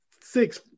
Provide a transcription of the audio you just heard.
six